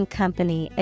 company